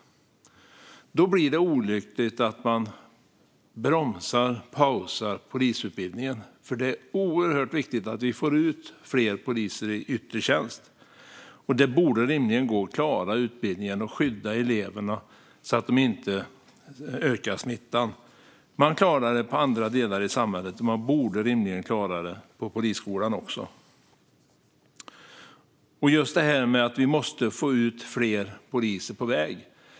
Då blir det olyckligt att man bromsar och pausar polisutbildningen. Det är oerhört viktigt att vi får ut fler poliser i yttre tjänst. Det borde rimligen gå att klara utbildningen och skydda eleverna så att smittan inte ökar. Man klarar det i andra delar av samhället, och man borde rimligen klara det på Polishögskolan också. Vi måste få ut fler poliser på vägen.